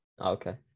Okay